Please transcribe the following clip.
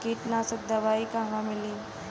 कीटनाशक दवाई कहवा मिली?